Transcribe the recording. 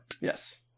Yes